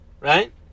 Right